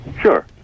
sure